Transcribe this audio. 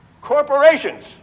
corporations